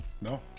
no